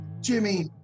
Jimmy